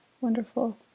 wonderful